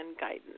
guidance